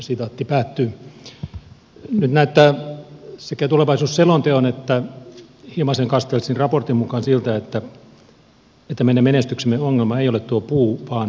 nyt näyttää sekä tulevaisuusselonteon että himasencastellsin raportin mukaan siltä että meidän menestyksemme ongelma ei ole tuo puu vaan se pää